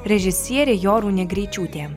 režisierė jorūnė greičiūtė